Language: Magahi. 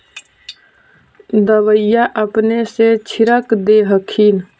दबइया अपने से छीरक दे हखिन?